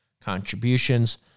contributions